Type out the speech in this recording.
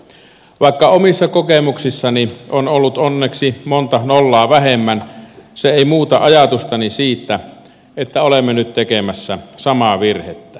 vaikka omissa kokemuksissani on ollut onneksi monta nollaa vähemmän se ei muuta ajatustani siitä että olemme nyt tekemässä samaa virhettä